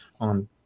on